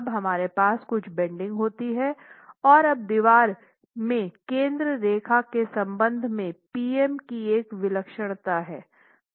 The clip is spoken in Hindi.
अब हमारे पास कुछ बेन्डिंग होती है और अब दीवार में केंद्र रेखा के संबंध में P m की एक विलक्षणता है